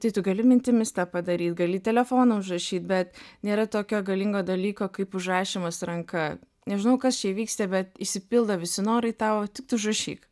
tai tu gali mintimis tą padaryt gali į telefoną užrašyt bet nėra tokio galingo dalyko kaip užrašymas ranka nežinau kas čia vyksta bet išsipildo visi norai tau tik tu užrašyk